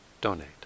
donate